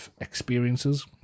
experiences